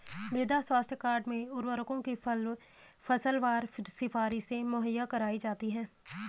मृदा स्वास्थ्य कार्ड में उर्वरकों की फसलवार सिफारिशें मुहैया कराई जाती है